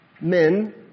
Men